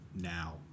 Now